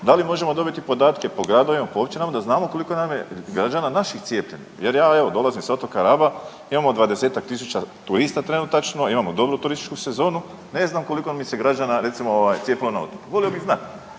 da li možemo dobiti podatke po gradovima, po općinama, da znamo koliko nam je građana naših cijepljeno. Jer ja evo dolazim s otoka Raba, imamo 20-tak tisuća turista trenutačno, imamo dobru turističku sezonu, ne znam koliko mi se građana recimo ovaj cijepilo na otoku, volio bi znat,